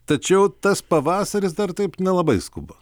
tačiau tas pavasaris dar taip nelabai skuba